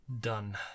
done